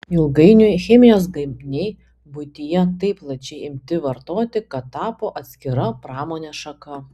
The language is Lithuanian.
ilgainiui chemijos gaminiai buityje taip plačiai imti vartoti kad tapo atskira pramonės šaka